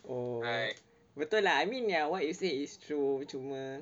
oh like betul lah I mean yang what you say is true cuma